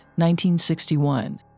1961